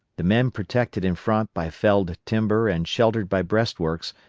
the men protected in front by felled timber and sheltered by breastworks,